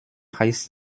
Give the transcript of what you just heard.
heißt